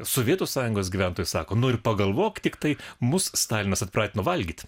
sovietų sąjungos gyventojai sako nu ir pagalvok tiktai mus stalinas atpratino valgyt